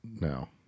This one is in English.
No